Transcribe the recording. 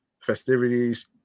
festivities